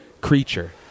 creature